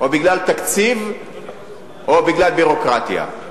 או בגלל תקציב או בגלל ביורוקרטיה.